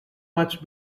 much